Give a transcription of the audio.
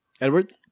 Edward